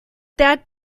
that